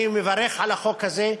אני מברך על החוק הזה.